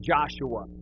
Joshua